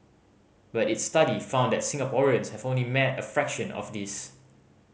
but its study found that Singaporeans have only met a fraction of this